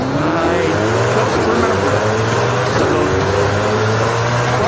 i don't remember the loneliest i've ever felt. you